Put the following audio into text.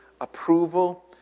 approval